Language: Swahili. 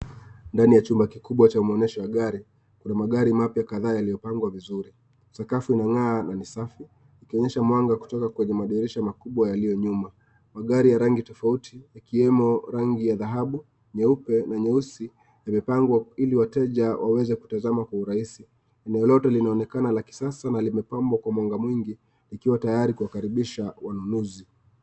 Ndani ya chumba kikubwa cha maonyesho ya gari . Magari mapya kadhaa yamepangwa vizuri, sakafu inangaa na ni safi, ikionyesha mwanga kutoka kwenye madirisha makubwa yaliyo nyuma. Magari ya rangi tofauti ya kiwemo rangi ya dhahambu, nyeupe na nyeusi yamepangwa ili wateja waweze kutazama kwa urahisi. Eneo lote linaonekana la kisasa na limepambwa kwa mwanga mwingi likiwa tayari kuwakaribisha wanunuzi.